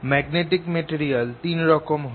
magnetic material 3 রকম হয়